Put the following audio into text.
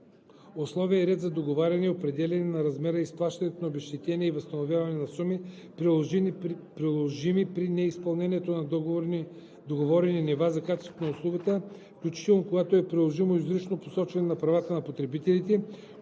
условия и ред за договаряне, определяне на размера и изплащане на обезщетения и възстановяване на суми, приложими при неизпълнение на договорени нива за качество на услугата, включително, когато е приложимо, изрично посочване на правата на потребителите,